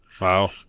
Wow